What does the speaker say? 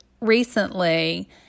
recently